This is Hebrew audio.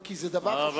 כי זה דבר חשוב ביותר.